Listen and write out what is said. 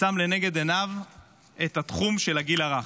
שם לנגד עיניו את התחום של הגיל הרך.